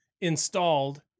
installed